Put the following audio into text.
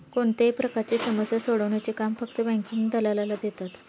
कोणत्याही प्रकारची समस्या सोडवण्याचे काम फक्त बँकिंग दलालाला देतात